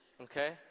Okay